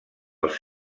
els